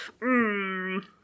mmm